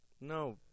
No